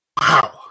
Wow